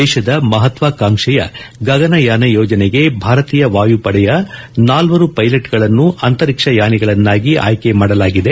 ದೇಶದ ಮಹತ್ವಾಕಾಂಕ್ಷೆಯ ಗಗನಯಾನ ಯೋಜನೆಗೆ ಭಾರತೀಯ ವಾಯುಪಡೆಯ ನಾಲ್ವರು ಪೈಲಟ್ಗಳನ್ನು ಅಂತರಿಕ್ಷ ಯಾನಿಗಳನ್ನು ಆಯ್ಕೆ ಮಾದಲಾಗಿದೆ